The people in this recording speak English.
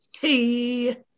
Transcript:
Hey